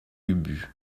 ubu